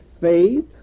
faith